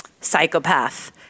psychopath